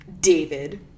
david